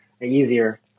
easier